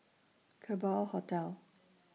Kerbau Hotel